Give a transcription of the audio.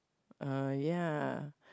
uh ya